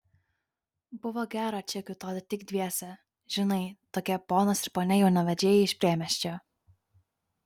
buvo gera čia kiūtoti tik dviese žinai tokie ponas ir ponia jaunavedžiai iš priemiesčio